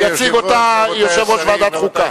יציג אותה יושב-ראש ועדת החוקה.